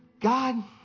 God